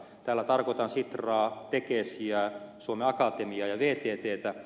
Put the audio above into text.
tällä tarkoitan sitraa tekesiä suomen akatemiaa ja vtttä